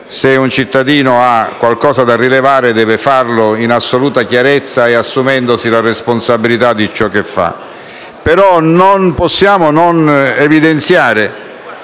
Se un cittadino ha qualcosa da rilevare, deve farlo in assoluta chiarezza e assumendosi la responsabilità di ciò che fa. Non possiamo non evidenziare